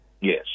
Yes